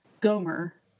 gomer